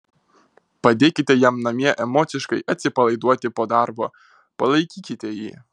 padėkite jam namie emociškai atsipalaiduoti po darbo palaikykite jį